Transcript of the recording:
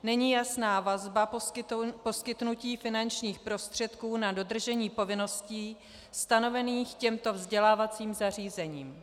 Není jasná vazba poskytnutí finančních prostředků na dodržení povinností stanovených těmto vzdělávacím zařízením.